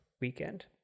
weekend